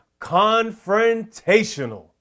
confrontational